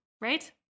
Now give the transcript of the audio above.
right